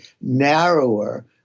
narrower